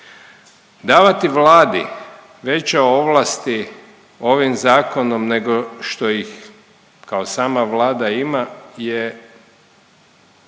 Davati Vladi veće ovlasti ovim zakonom nego što ih kao sama Vlada ima je